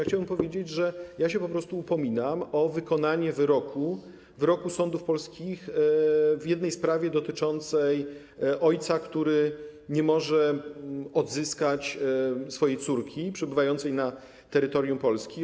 Chciałbym powiedzieć, że ja się po prostu upominam o wykonanie wyroku, wyroków sądów polskich w jednej sprawie dotyczącej ojca, który nie może odzyskać swojej córki przebywającej na terytorium Polski.